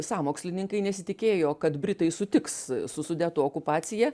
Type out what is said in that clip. sąmokslininkai nesitikėjo kad britai sutiks su sudetų okupacija